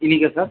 இன்னிக்கா sir